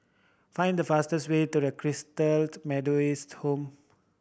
find the fastest way to the Methodist Home